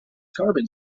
carbon